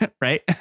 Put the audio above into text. right